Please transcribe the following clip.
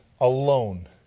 alone